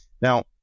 Now